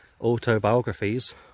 autobiographies